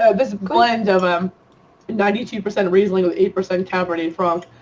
ah this blend of them ninety two percent riesling with eight percent cabernet franc.